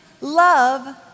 love